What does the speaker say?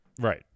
Right